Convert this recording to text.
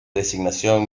designación